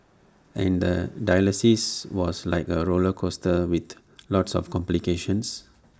and the dialysis was like A roller coaster with lots of complications